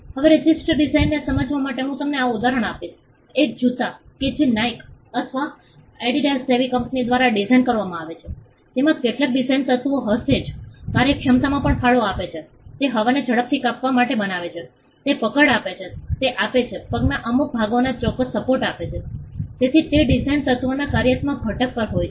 હવે રજિસ્ટર ડિઝાઇનને સમજવા માટે હું તમને આ ઉદાહરણ આપીશ એક જૂતા કે જે નાઇક અથવા એડિદાસ જેવી કંપની દ્વારા ડિઝાઇન કરવામાં આવ્યા છે તેમાં કેટલાક ડિઝાઇન તત્વો હશે જે કાર્યક્ષમતામાં પણ ફાળો આપે છે તે હવાને ઝડપથી કાપવા માટે બનાવે છે તે પકડ આપે છે જે તે આપે છે પગના અમુક ભાગોમાં ચોક્કસ સપોર્ટ આપે છે તેથી તે ડિઝાઇન તત્વોમાં કાર્યાત્મક ઘટક પણ હોય છે